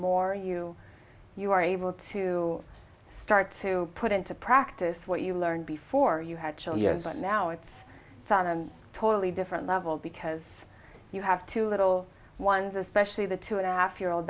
more you you are able to start to put into practice what you learned before you had chileans and now it's a totally different level because you have two little ones especially the two and a half year old